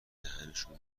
دهنشون